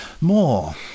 more